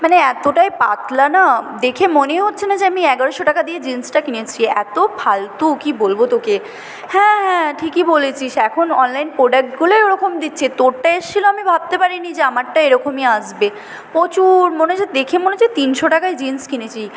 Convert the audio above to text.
মানে এতটাই পাতলা না দেখে মনে হচ্ছে না যে আমি এগারশো টাকা দিয়ে জিন্সটা কিনেছি এত ফালতু কি বলবো তোকে হ্যাঁ হ্যাঁ ঠিকই বলেছিস এখন অনলাইন প্রোডাক্টগুলোই ওরকম দিচ্ছে তোরটা এসেছিলো আমি ভাবতে পারি নি যে আমারটা এরকমই আসবে প্রচুর মনে হচ্ছে দেখে মনে হচ্ছে তিনশো টাকায় জিন্স কিনেছি